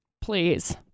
Please